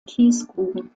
kiesgruben